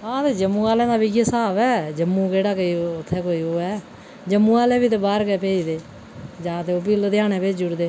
हां ते जम्मू आह्लें दा बी इ'यै स्हाब ऐ जम्मू केह्ड़ा कोई उत्थें कोई ओह् ऐ जम्मू आह्लें बी ते बाह्र गै भेजदे जां ते ओह् बी लुधियाना भेजी ओड़दे